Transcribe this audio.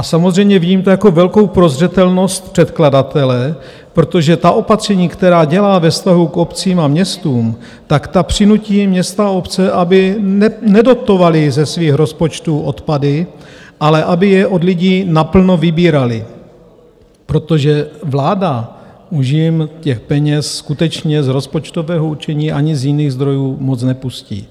Samozřejmě vidím to jako velkou prozřetelnost předkladatele, protože opatření, která dělá ve vztahu k obcím a městům, tak ta přinutí města a obce, aby nedotovaly ze svých rozpočtů odpady, ale aby je od lidí naplno vybíraly, protože vláda už jim těch peněz skutečně z rozpočtového určení ani z jiných zdrojů moc nepustí.